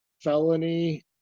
felony